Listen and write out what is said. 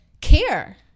care